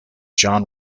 john